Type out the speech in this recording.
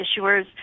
issuers